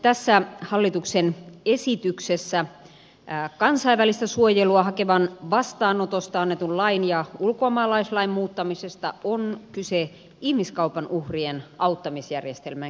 tässä hallituksen esityksessä kansainvälistä suojelua hakevan vastaanotosta annetun lain ja ulkomaalaislain muuttamisesta on kyse ihmiskaupan uhrien auttamisjärjestelmän kehittämisestä